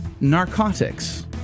narcotics